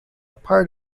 part